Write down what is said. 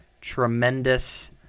tremendous